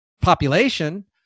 population